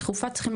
תודה.